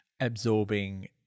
absorbing